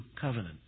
covenant